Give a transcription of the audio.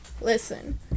listen